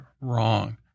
Wrong